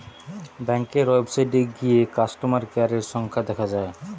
ব্যাংকের ওয়েবসাইটে গিয়ে কাস্টমার কেয়ারের সংখ্যা দেখা যায়